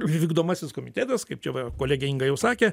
vykdomasis komitetas kaip čia va kolegė inga jau sakė